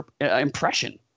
impression